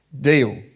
deal